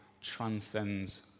transcends